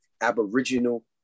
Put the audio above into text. Aboriginal